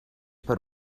per